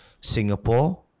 Singapore